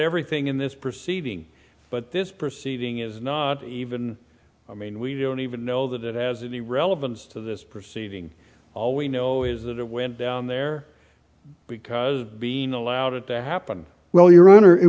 everything in this proceeding but this proceeding is not even i mean we don't even know that it has any relevance to this proceeding all we know is that it went down there because being allowed it to happen well your honor it